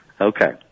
Okay